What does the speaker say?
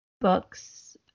books